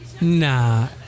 Nah